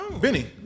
Benny